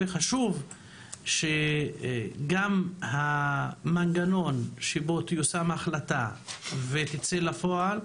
חשוב שגם המנגנון שבו תיושם ההחלטה ותצא לפועל,